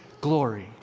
glory